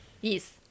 Yes